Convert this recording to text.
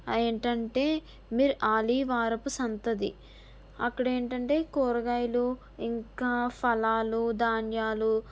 ఏంటంటే మీరు ఆదివారపు సంతది అక్కడేంటంటే కూరగాయలు ఇంకా ఫలాలు ధాన్యాలు